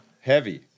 Heavy